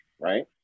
right